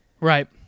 Right